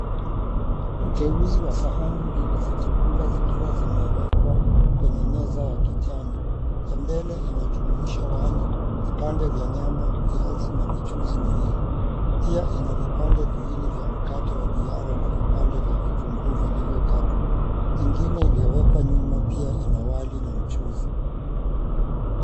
Uteuzi wa sahani mbili za chakula zikiwa zimewekwa kwenye meza ya kijani. Ya mbele inajumuisha wali vipande vya nyama, viazi na michuzi miwili. Pia ina vipande viwili vya mkate wa duara na vipande vya vitunguu vilivyokatwa, ingine iliyowekwa nyuma pia ina wali na mchuzi.